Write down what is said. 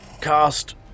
Cast